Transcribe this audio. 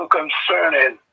concerning